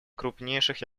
крупнейших